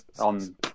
on